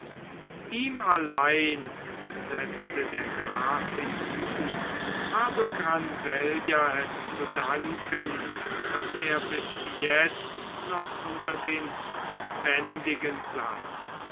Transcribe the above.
ihm allein setzte der graf hinzu habe granvella es zu danken daß er bis jetzt noch unter den lebendigen sei